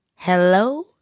Hello